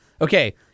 okay